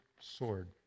sword